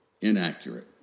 Inaccurate